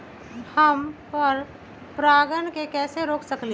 हम पर परागण के कैसे रोक सकली ह?